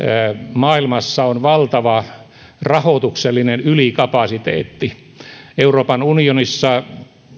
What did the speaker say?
maailmassa on valtava rahoituksellinen ylikapasiteetti euroopan unionissa